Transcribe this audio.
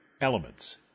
Elements